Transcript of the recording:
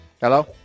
Hello